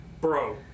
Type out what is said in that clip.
bro